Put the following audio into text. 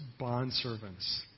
bondservants